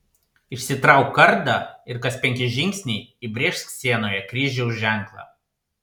išsitrauk kardą ir kas penki žingsniai įbrėžk sienoje kryžiaus ženklą